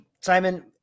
simon